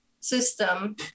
system